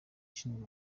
ishinzwe